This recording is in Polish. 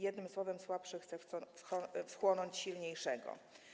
Jednym słowem, słabszy chce wchłonąć silniejszego.